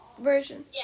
version